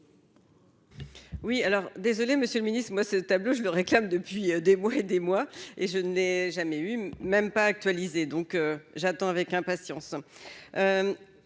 Oui alors, désolé monsieur le Ministre, moi ce tableau je le réclame depuis des mois et des mois et je n'ai jamais eu même pas actualiser donc j'attends avec impatience